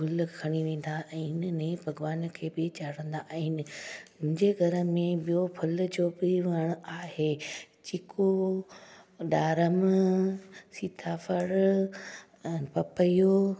गुलु खणी वेंदा आहिनि अने भॻवान खे बि चाढ़ींदा आहिनि मुंहिंजे घर में ॿियों फल जो बि वणु आहे जेको ॾारम सीताफल ऐं पपयो